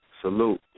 salute